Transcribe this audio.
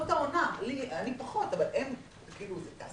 --- אני אומר לך מה הוצג פה על ידי משרד האוצר.